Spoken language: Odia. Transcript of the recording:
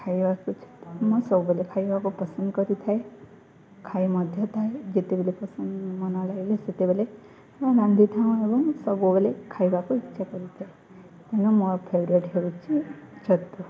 ଖାଇବାକୁ ମୁଁ ସବୁବେଳେ ଖାଇବାକୁ ପସନ୍ଦ କରିଥାଏ ଖାଇ ମଧ୍ୟ ଥାଏ ଯେତେବେଳେ ପସନ୍ଦ ନ ଲାଗେ ସେତେବେଳେ ରାନ୍ଧିଥାଉଁ ଏବଂ ସବୁବେଳେ ଖାଇବାକୁ ଇଚ୍ଛା କରିଥାଏ ତେଣୁ ମୋ ଫେଭରେଟ ହେଛି ଛତୁ